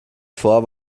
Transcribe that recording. vor